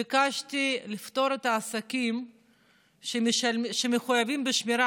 ביקשתי לפטור את העסקים שמחויבים בשמירה